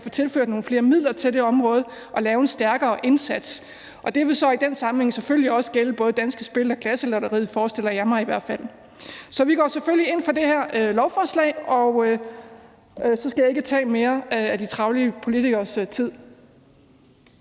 tilført nogle flere midler til området og lave en stærkere indsats. Det vil i den sammenhæng selvfølgelig også gælde både Danske Spil og Klasselotteriet, forestiller jeg mig i hvert fald. Så vi går selvfølgelig ind for det her lovforslag, og så skal jeg ikke tage mere af de travle politikeres tid.